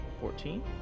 fourteen